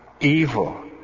evil